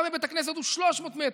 גם אם בית הכנסת הוא 300 מטר.